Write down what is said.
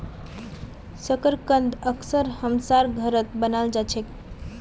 शकरकंद अक्सर हमसार घरत बनाल जा छे